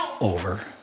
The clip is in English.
over